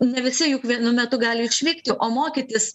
ne visi juk vienu metu gali išvykti o mokytis